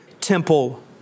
temple